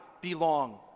belong